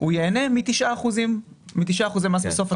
הוא ייהנה מ-9 אחוזי מס בסוף התקופה.